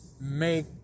Make